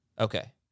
Okay